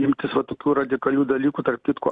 imtis va tokių radikalių dalykų tarp kitko